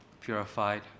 purified